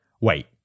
Wait